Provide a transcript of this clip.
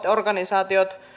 ja organisaatiot